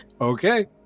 Okay